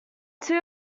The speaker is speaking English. two